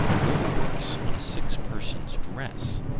whoever works on a sick person's dress,